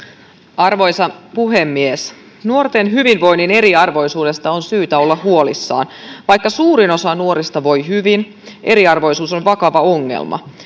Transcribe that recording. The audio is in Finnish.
arvoisa puhemies nuorten hyvinvoinnin eriarvoisuudesta on syytä olla huolissaan vaikka suurin osa nuorista voi hyvin eriarvoisuus on vakava ongelma